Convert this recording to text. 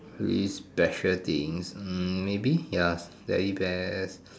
least special things hmm maybe ya teddy bears